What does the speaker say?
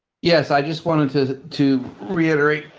yes, i just wanted to to reiterate